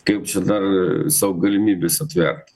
kaip čia dar sau galimybės atvert